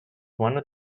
one